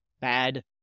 bad